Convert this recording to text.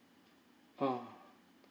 ah